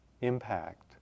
impact